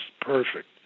perfect